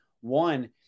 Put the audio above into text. one